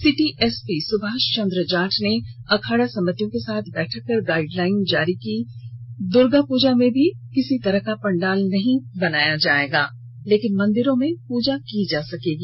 city SP Subhash Chandra Jat ने अखाड़ा समितियों के साथ बैठक कर गाइडलाइन जारी की दुर्गा पूजा में भी किसी तरह का पंडाल नहीं बनेगा लेकिन मंदिरों में पूजा होगी